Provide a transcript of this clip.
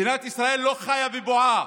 מדינת ישראל לא חיה בבועה,